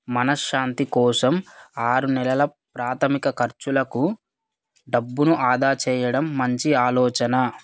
మనశ్శాంతి కోసం ఆరు నెలల ప్రాథమిక ఖర్చులకు డబ్బును ఆదా చేయడం మంచి ఆలోచన